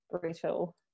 brutal